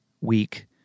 week